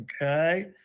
Okay